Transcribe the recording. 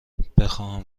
بخواهم